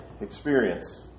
experience